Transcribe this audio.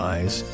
Eyes